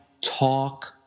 talk